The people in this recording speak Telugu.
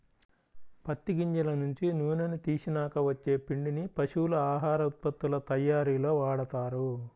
పత్తి గింజల నుంచి నూనెని తీసినాక వచ్చే పిండిని పశువుల ఆహార ఉత్పత్తుల తయ్యారీలో వాడతారు